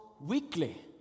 weekly